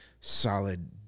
solid